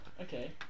Okay